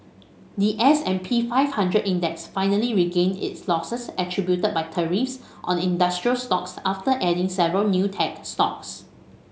the S and P five hundred Index finally regained its losses attributed by tariffs on industrial stocks after adding several new tech stocks